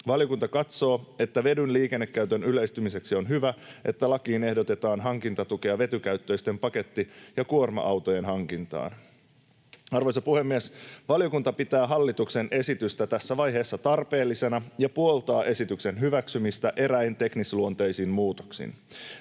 Valiokunta katsoo, että vedyn liikennekäytön yleistymiseksi on hyvä, että lakiin ehdotetaan hankintatukea vetykäyttöisten paketti- ja kuorma-autojen hankintaan. Arvoisa puhemies! Valiokunta pitää hallituksen esitystä tässä vaiheessa tarpeellisena ja puoltaa esityksen hyväksymistä eräin teknisluonteisin muutoksin.